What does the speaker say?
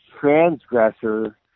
transgressor